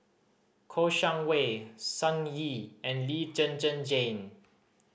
Kouo Shang Wei Sun Yee and Lee Zhen Zhen Jane